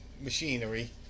machinery